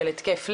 של התקף לב,